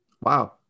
Wow